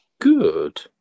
good